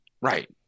right